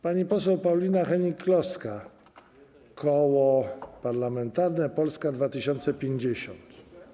Pani poseł Paulina Hennig-Kloska, Koło Parlamentarne Polska 2050.